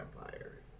vampires